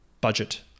budget